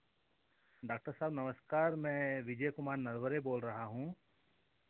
doctor साहब नमस्कार मैं विजय कुमार नरवरे बोल रहा हूँ